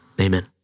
Amen